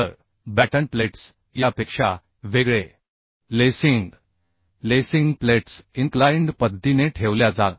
तर batten plates यापेक्षा वेगळे लेसिंग लेसिंग प्लेट्स इन्क्लाइन्ड पद्धतीने ठेवल्या जातात